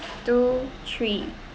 two three